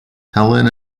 helen